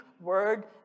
word